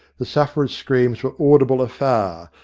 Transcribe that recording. the sufferer's screams were audible afar,